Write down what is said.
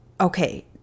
okay